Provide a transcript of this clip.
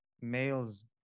males